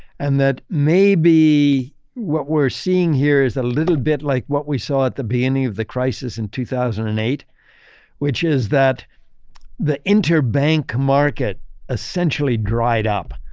and that, maybe what we're seeing here is a little bit like what we saw at the beginning of the crisis in two thousand and which is that the interbank market essentially dried up.